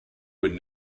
would